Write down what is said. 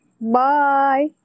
Bye